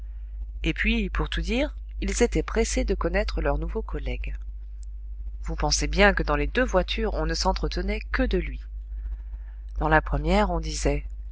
et puis pour tout dire ils étaient pressés de connaître leur nouveau collègue vous pensez bien que dans les deux voitures on ne s'entretenait que de lui dans la première on disait